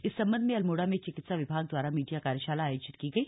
इस संबंध में अल्मोड़ा में चिकित्सा विभाग द्वारा मीडिया कार्यशाला आयोजित की गई